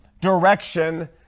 direction